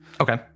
okay